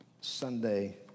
Sunday